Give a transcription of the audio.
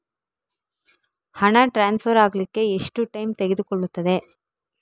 ಹಣ ಟ್ರಾನ್ಸ್ಫರ್ ಅಗ್ಲಿಕ್ಕೆ ಎಷ್ಟು ಟೈಮ್ ತೆಗೆದುಕೊಳ್ಳುತ್ತದೆ?